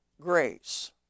grace